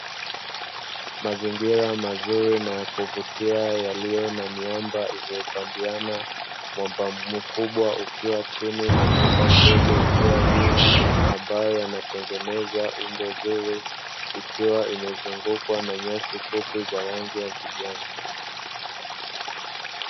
Mazingira mazuri na ya kuvutia, yaliyo na miamba iliyopandiana, mwamba mkubwa ukiwa chini na mwamba mdogo ukiwa juu, ambayo yanatengenezwa umbo zuri, ikiwa imezungukwa na nyasi fupi za rangi ya kijani.